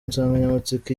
nsanganyamatsiko